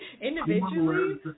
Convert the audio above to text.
individually